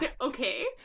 okay